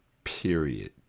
Period